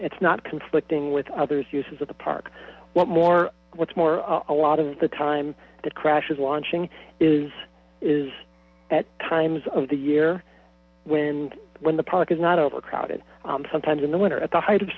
it's not conflicting with others uses of the park what more what's more a lot of the time the crash is launching is is at times of the year when when the park is not overcrowded sometimes in the winter at the height of